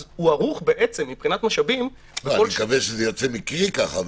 אז הוא ערוך מבחינת משאבים --- אני מקווה שזה יוצא מקרי ככה.